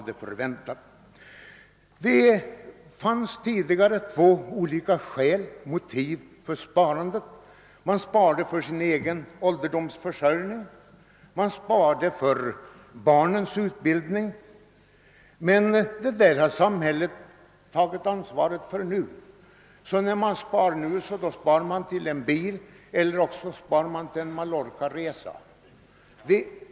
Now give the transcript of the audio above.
Det fanns tidigare två olika motiv för sparande: man sparade för sin egen ålderdomsförsörjning och man sparade för barnens utbildning. Men detta har ju samhället tagit över ansvaret för. När man nu spar är det till en bil eller till en Mallorcaresa.